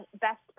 best